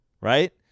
Right